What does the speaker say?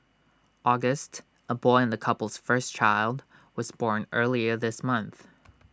August A boy and the couple's first child was born earlier this month